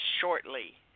shortly